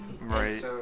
Right